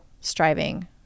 striving